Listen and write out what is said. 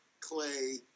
clay